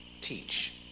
teach